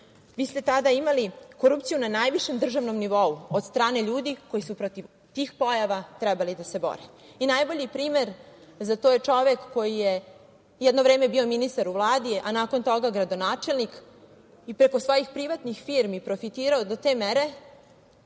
Vi ste tada imali korupciju na najvišem državnom nivou od strane ljudi koji su protiv tih pojava trebali da se bore. Najbolji primer za to je čovek koji je jedno vreme bio ministar u Vladi, a nakon toga gradonačelnik i preko svojih privatnih firmi profitirao do te mere